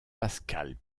pascale